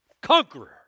Conqueror